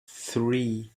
three